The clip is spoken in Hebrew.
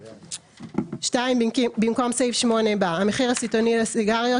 (2) במקום סעיף 8 בא: המחיר הסיטוני לסיגריות.